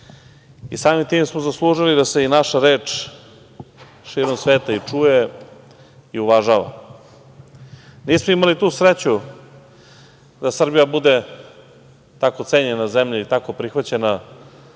i samim tim smo zaslužili da se i naša reč širom sveta i čuje i uvažava. Nismo imali tu sreću da Srbija bude tako cenjena zemlja i tako prihvaćena